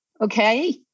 okay